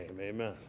Amen